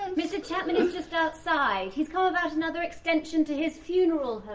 ah mr chapman is just outside. he's come about another extension to his funeral home.